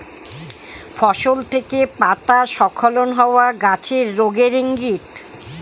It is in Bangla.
ফসল থেকে পাতা স্খলন হওয়া গাছের রোগের ইংগিত